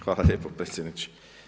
Hvala lijepo predsjedniče.